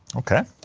ok,